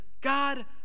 God